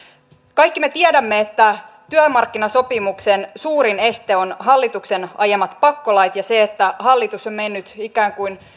kaikki me tiedämme että työmarkkinasopimuksen suurin este on hallituksen ajamat pakkolait ja se että hallitus on mennyt ikään kuin